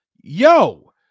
Yo